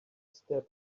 step